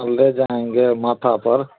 ले जाएँगे माथा पर